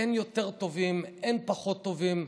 אין יותר טובים, אין פחות טובים.